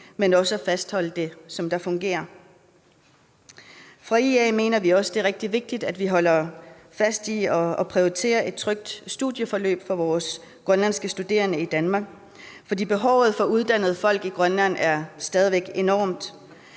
og fastholde det, som fungerer. Fra IA's side mener vi også, at det er rigtig vigtigt, at man holder fast i at prioritere et trygt studieforløb for vores grønlandske studerende i Danmark. For behovet for uddannede folk i Grønland er stadig væk enormt,